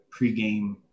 pregame